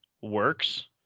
works